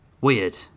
Weird